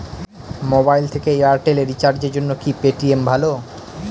Mobile থেকে Airtel এ রিচার্জের জন্য কি পেটিএম ভালো?